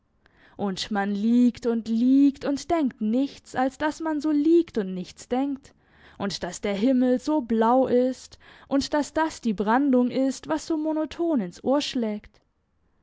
und man liegt und liegt und denkt nichts als dass man so liegt und nichts denkt und dass der himmel so blau ist und dass das die brandung ist was so monoton ins ohr schlägt